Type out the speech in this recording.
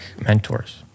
mentors